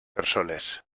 persones